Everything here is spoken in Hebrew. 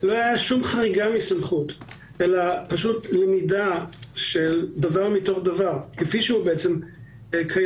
ולא הייתה חריגה מסמכות אלא פשוט למידה של דבר מתוך דבר כפי שהוא קיים.